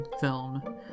film